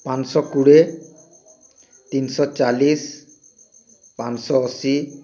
ପାଞ୍ଚଶହ କୋଡ଼ିଏ ତିନିଶହ ଚାଳିଶ ପାଞ୍ଚଶହ ଅଶୀ